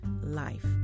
life